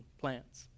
plants